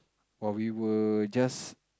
while we were just